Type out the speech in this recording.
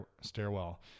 stairwell